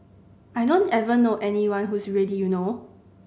I don't ever know anyone who's ready you know